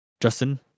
Justin